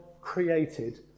created